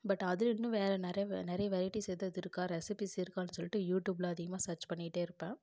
but அதில் இன்னும் வேற நிற நிறைய வெரைட்டிஸ் எதாவது இருக்கா ரெசிப்பிஸ் இருக்கான்னு சொல்லிட்டு யூடியூப்ல அதிகமாக சர்ச் பண்ணிக்கிட்டே இருப்பேன்